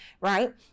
right